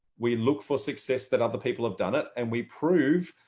we look for success that other people have done it and we prove,